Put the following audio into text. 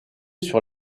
sur